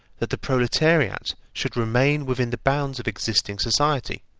that the proletariat should remain within the bounds of existing society,